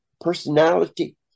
personality